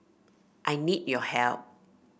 I need your help